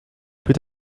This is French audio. peut